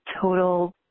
total